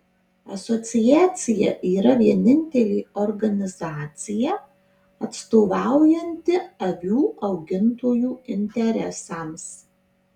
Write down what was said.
asociacija yra vienintelė organizacija atstovaujanti avių augintojų interesams